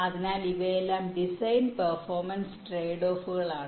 അതിനാൽ ഇവയെല്ലാം design performance ട്രേഡ്ഓഫുകളാണ്